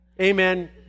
Amen